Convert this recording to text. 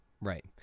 Right